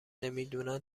نمیدونن